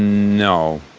no